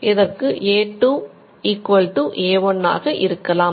இதற்கு A2A1 ஆக இருக்கலாம்